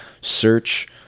search